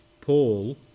Paul